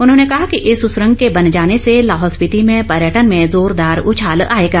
उन्होंने कहा कि इस सुरंग के बन जाने से लाहौल स्पिति में पर्यटन में जोरदार उछाल आएगा